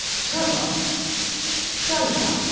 trevor chelva